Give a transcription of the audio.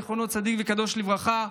זכר צדיק וקדוש לברכה,